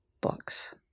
books